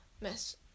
Miss